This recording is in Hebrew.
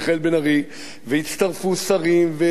והצטרפו שרים והממשלה,